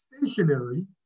stationary